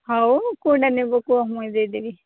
ହଉ କୋଉଟା ନେବ କୁହ ମୁଁ ଦେଇଦେବି